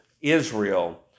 Israel